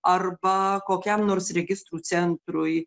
arba kokiam nors registrų centrui